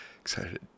excited